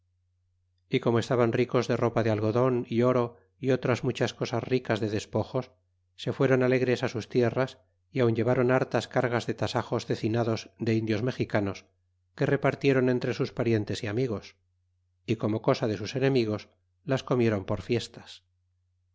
y como estaban ricos de ropa de algodon y oro y otras muchas cosas ricas de despojos se fueron alegres á sus tierras y aun llevaron hartas cargas de tasajos cecinados de indios mexicanos que repartieron entre sus parientes y amigos y como cosas de sus enemigos las comieron por fiestas